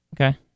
Okay